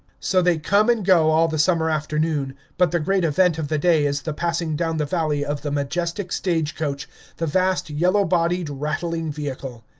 so they come and go all the summer afternoon but the great event of the day is the passing down the valley of the majestic stage-coach the vast yellow-bodied, rattling vehicle.